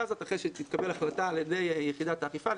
הזאת אחרי שתתקבל החלטה על ידי יחידת האכיפה,